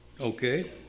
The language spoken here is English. Okay